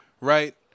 Right